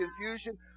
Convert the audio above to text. confusion